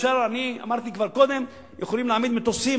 אני אמרתי כבר קודם: יכולים להעמיד מטוסים.